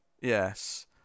Yes